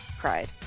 cried